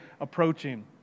approaching